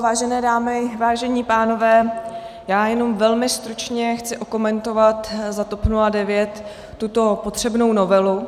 Vážené dámy, vážení pánové, já jenom velmi stručně chci okomentovat za TOP 09 tuto potřebnou novelu.